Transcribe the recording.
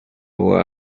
where